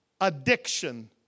addiction